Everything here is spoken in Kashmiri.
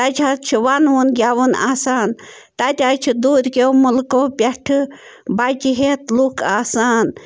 تَتہٕ حظ چھِ وَنوُن گیٚوُن آسان تَتہِ حظ چھِ دوٗرِکیٚو مُلکَو پٮ۪ٹھٕ بَچہٕ ہٮ۪تھ لُکھ آسان